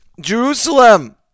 Jerusalem